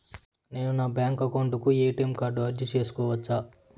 నేను నా bank account కు ఎ.టి.ఎం కార్డు అర్జీ సేసుకోవచ్చా?